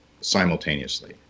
simultaneously